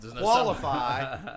qualify